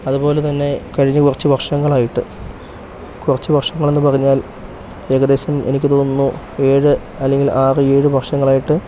അതുപോലെ തന്നെ കഴിഞ്ഞ കുറച്ച് വർഷങ്ങളായിട്ട് കുറച്ച് വർഷങ്ങൾ എന്ന് പറഞ്ഞാൽ ഏകദേശം എനിക്ക് തോന്നുന്നു ഏഴ് അല്ലെങ്കിൽ ആറ് ഏഴ് വർഷങ്ങളായിട്ട്